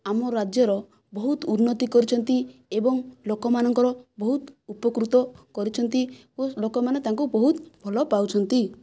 ଆମ ରାଜ୍ୟର ବହୁତ ଉନ୍ନତି କରିଛନ୍ତି ଏବଂ ଲୋକମାନଙ୍କର ବହୁତ ଉପକୃତ କରିଛନ୍ତି ଓ ଲୋକମାନେ ତାଙ୍କୁ ବହୁତ ଭଲ ପାଉଛନ୍ତି